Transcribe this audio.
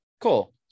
Cool